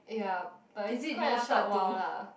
ya but it's quite a short while lah